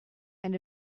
and